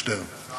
כאן.